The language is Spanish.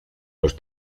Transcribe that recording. los